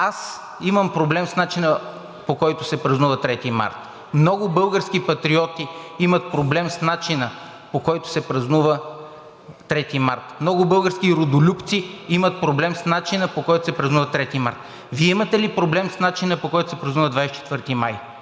Аз имам проблем с начина, по който се празнува 3 март. Много български патриоти имат проблем с начина, по който се празнува 3 март. Много български родолюбци имат проблем с начина, по който се празнува 3 март. Вие имате ли проблем с начина, по който се празнува 24 май?!